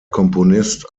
komponist